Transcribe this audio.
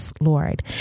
Lord